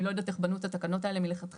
לא יודעת איך בנו את התקנות האלה מלכתחילה.